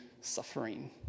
suffering